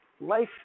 life